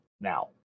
now